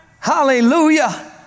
hallelujah